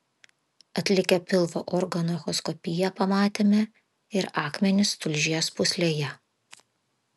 atlikę pilvo organų echoskopiją pamatėme ir akmenis tulžies pūslėje